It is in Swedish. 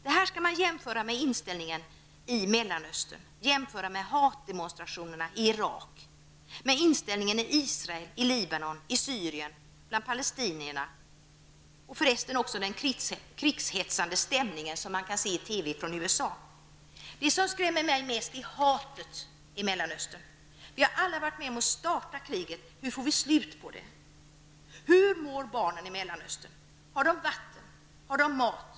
Det här skall man jämföra med inställningen i Mellanöstern, hatdemonstrationerna i Irak, inställningen i Israel, Libanon, Syrien och bland palestinierna och även den krigshetsande stämningen som man kan se i TV från USA. Det som skrämmer mig mest är hatet i Mellanöstern. Vi har alla varit med om att starta kriget. Hur får vi slut på det? Hur mår barnen i Mellanöstern? Har de vatten? Har de mat?